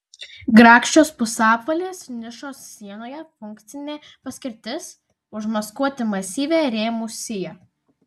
grakščios pusapvalės nišos sienoje funkcinė paskirtis užmaskuoti masyvią rėmų siją